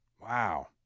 Wow